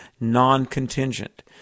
non-contingent